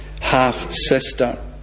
half-sister